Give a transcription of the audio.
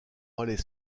relais